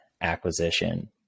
acquisition